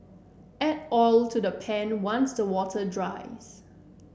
add oil to the pan once the water dries